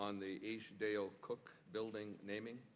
on the asian dale cook building naming